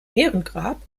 ehrengrab